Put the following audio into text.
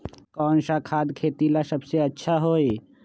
कौन सा खाद खेती ला सबसे अच्छा होई?